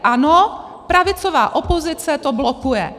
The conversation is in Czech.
Ano, pravicová opozice to blokuje.